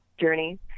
journey